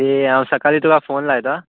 ए हांव सकाळी तुका फोन लायतां